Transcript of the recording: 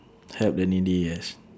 help the needy yes